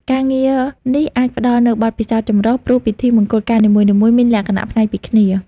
ការងារនេះអាចផ្តល់នូវ បទពិសោធន៍ចម្រុះ ព្រោះពិធីមង្គលការនីមួយៗមានលក្ខណៈប្លែកពីគ្នា។